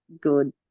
good